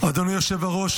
אדוני היושב-ראש,